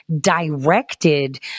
directed